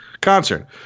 concert